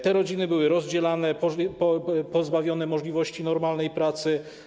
Te rodziny były rozdzielane, pozbawione możliwości normalnej pracy.